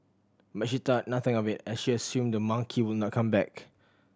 but she thought nothing of it as she assumed the monkey would not come back